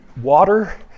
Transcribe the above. water